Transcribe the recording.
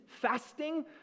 fasting